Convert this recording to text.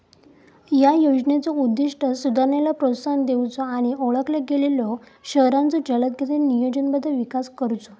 या योजनेचो उद्दिष्ट सुधारणेला प्रोत्साहन देऊचो आणि ओळखल्या गेलेल्यो शहरांचो जलदगतीने नियोजनबद्ध विकास करुचो